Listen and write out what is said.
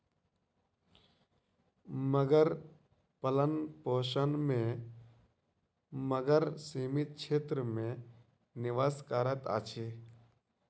मगर पालनपोषण में मगर सीमित क्षेत्र में निवास करैत अछि